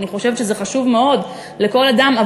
אני חושבת שזה חשוב מאוד, לכל אדם.